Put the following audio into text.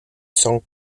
song